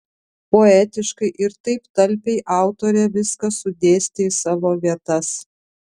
poetiškai ir taip talpiai autorė viską sudėstė į savo vietas